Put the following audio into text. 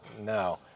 No